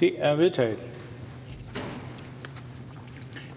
Det er vedtaget. ---